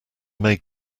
made